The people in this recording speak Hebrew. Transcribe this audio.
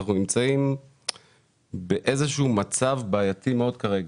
אנחנו נמצאים באיזה מצב בעייתי מאוד כרגע.